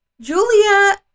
Julia